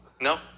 No